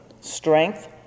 Strength